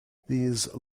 these